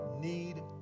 need